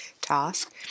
task